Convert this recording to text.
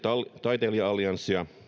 taiteilija allianssia